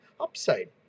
upside